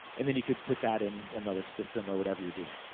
and then you could put that in another system, or whatever you're doing.